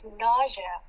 nausea